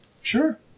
Sure